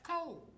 cold